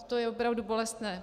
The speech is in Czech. To je opravdu bolestné!